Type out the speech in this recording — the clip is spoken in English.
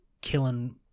killing